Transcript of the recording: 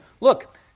Look